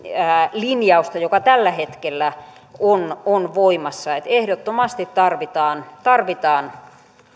linjausta joka tällä hetkellä on on voimassa ehdottomasti tarvitaan tarvitaan